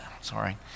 Sorry